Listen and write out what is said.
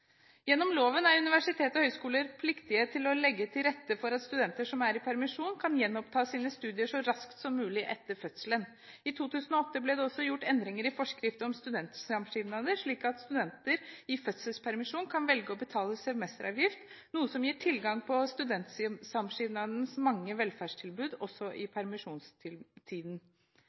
Gjennom loven er universiteter og høyskoler pliktige til å legge til rette for at studenter som er i permisjon, kan gjenoppta sine studier så raskt som mulig etter fødselen. I 2008 ble det også gjort endringer i forskrift om studentsamskipnader, slik at studenter i fødselspermisjon kan velge å betale semesteravgift, noe som gir tilgang til studentsamskipnadens mange velferdstilbud også i